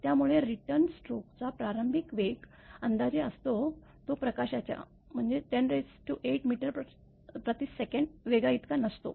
त्यामुळे रिटर्न स्ट्रोकचा प्रारंभिक वेग अंदाजे असतो तो प्रकाशाच्या 108 msecवेगाइतका नसतो